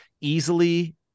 easily